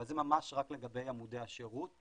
אבל זה ממש רק לגבי עמודי השירות.